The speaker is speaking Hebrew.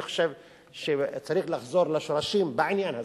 אני חושב שצריך לחזור לשורשים בעניין הזה,